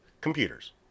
computers